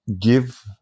give